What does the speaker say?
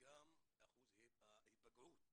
וגם אחוז ההיפגעות